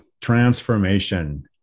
Transformation